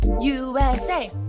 USA